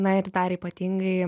na ir dar ypatingai